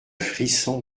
frisson